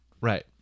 right